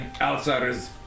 outsiders